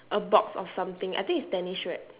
a box of something I think it's tennis racket